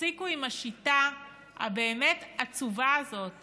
תפסיקו עם השיטה הבאמת-עצובה הזאת